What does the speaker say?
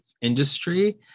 industry